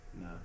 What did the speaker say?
No